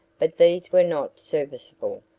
but these were not serviceable,